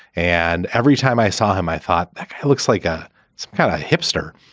and every time i saw him, i thought, he looks like a kind of hipster.